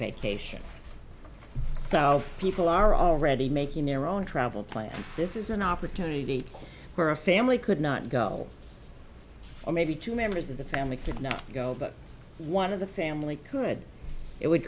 vacation so people are already making their own travel plans this is an opportunity for a family could not go on maybe two members of the family could not go but one of the family could it would